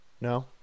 No